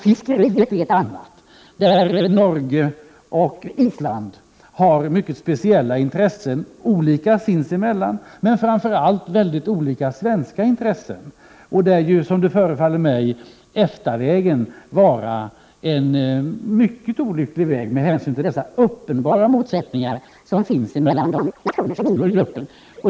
Fiskets området är ett annat, där Norge och Island har mycket speciella intressen, olika sinsemellan men framför allt mycket olika svenska intressen, och där — som det förefaller mig — EFTA-vägen tycks vara en mycket olycklig väg med hänsyn till de uppenbara motsättningar som finns mellan de nationer som ingår i gruppen.